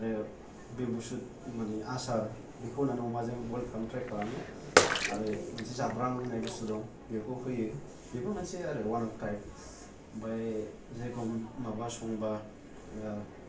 आरो बेम्बुसुद मानि आसार बेखौ होनानै अमाजों बइल खालामनो ट्राइ खालामो आरो मोनसे जाब्रां होननाय बस्थु दं बेखौ होयो बेबो मोनसे आरो अवान अप थाइफ ओमफ्राय जेरेखम माबा संबा